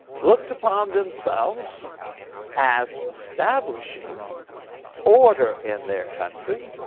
looked upon themselves as establishing order in their country,